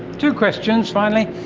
two questions finally,